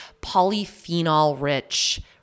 polyphenol-rich